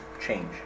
change